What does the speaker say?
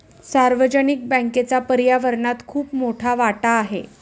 सार्वजनिक बँकेचा पर्यावरणात खूप मोठा वाटा आहे